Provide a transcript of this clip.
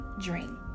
Dream